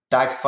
Tax